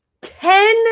Ten